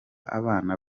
abana